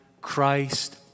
Christ